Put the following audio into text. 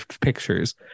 pictures